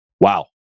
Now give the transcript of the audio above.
Wow